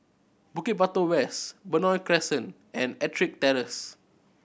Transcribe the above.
Bukit Batok West Benoi Crescent and Ettrick Terrace